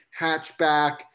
hatchback